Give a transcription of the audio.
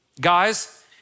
guys